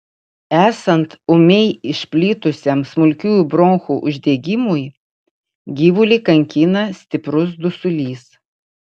esant ūmiai išplitusiam smulkiųjų bronchų uždegimui gyvulį kankina stiprus dusulys